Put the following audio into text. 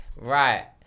Right